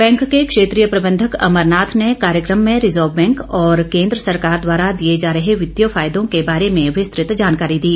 bank के क्षेत्रीय प्रबंधक अमर नाथ ने कार्यक्रम में रिजर्व बैंक और केंद्र सरकार द्वारा दिए जा रहे वित्तीय फायदों के बारे में विस्तृत जानकारी दी